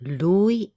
lui